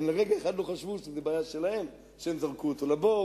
הם לרגע אחד לא חשבו שזאת בעיה שלהם שהם זרקו אותו לבור,